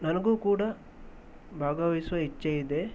ನನಗೂ ಕೂಡ ಭಾಗವಹಿಸುವ ಇಚ್ಛೆ ಇದೆ